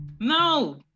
No